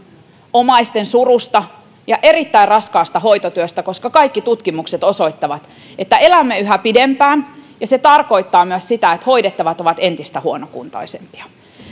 omaisten surusta ja erittäin raskaasta hoitotyöstä koska kaikki tutkimukset osoittavat että elämme yhä pidempään ja se tarkoittaa myös sitä että hoidettavat ovat entistä huonokuntoisempia